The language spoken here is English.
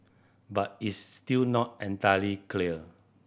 but it's still not entirely clear